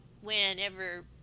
whenever